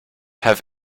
have